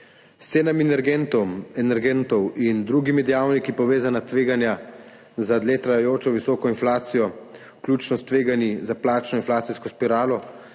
cenami energentov in drugimi dejavniki povezana tveganja za dlje trajajočo visoko inflacijo, vključno s tveganji za plačno inflacijsko spiralo